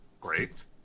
great